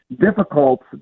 difficult